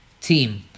team